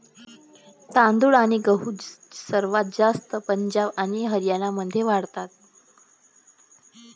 तांदूळ आणि गहू सर्वात जास्त पंजाब आणि हरियाणामध्ये वाढतात